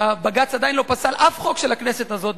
בג"ץ עדיין לא פסל אף חוק של הכנסת הזאת,